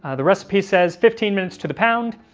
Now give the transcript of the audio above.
ah the recipe says fifteen minutes to the pound.